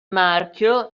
marchio